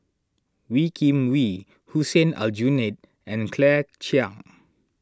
Wee Kim Wee Hussein Aljunied and Claire Chiang